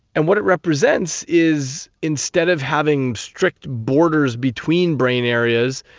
and what it represents is instead of having strict borders between brain areas,